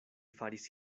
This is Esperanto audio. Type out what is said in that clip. faris